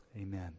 Amen